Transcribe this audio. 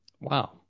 Wow